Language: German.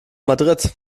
madrid